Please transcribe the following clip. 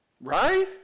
Right